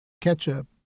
ketchup